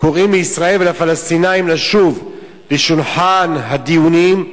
קוראים לישראל ולפלסטינים לשוב לשולחן הדיונים,